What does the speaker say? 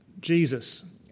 Jesus